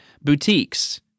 Boutiques